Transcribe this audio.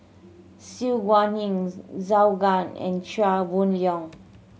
Su Guaning Zhou Can and Chia Boon Leong